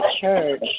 church